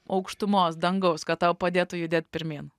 aukštumos dangaus kad tau padėtų judėt pirmyn